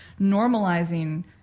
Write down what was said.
normalizing